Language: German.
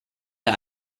der